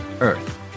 earth